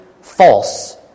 false